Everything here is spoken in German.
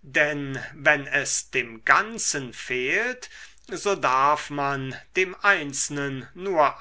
denn wenn es dem ganzen fehlt so darf man dem einzelnen nur